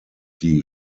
die